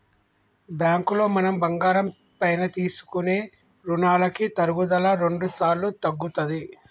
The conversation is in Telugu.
బ్యాంకులో మనం బంగారం పైన తీసుకునే రుణాలకి తరుగుదల రెండుసార్లు తగ్గుతది